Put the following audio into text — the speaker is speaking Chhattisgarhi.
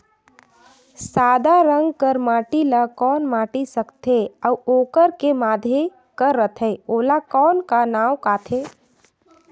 सादा रंग कर माटी ला कौन माटी सकथे अउ ओकर के माधे कर रथे ओला कौन का नाव काथे?